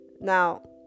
Now